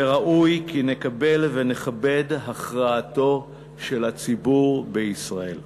וראוי כי נקבל ונכבד הכרעתו של הציבור בישראל.